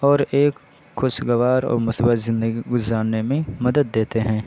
اور ایک خوشگوار اور مثبت زندگی گزارنے میں مدد دیتے ہیں